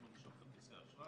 אין לו שם כרטיסי אשראי,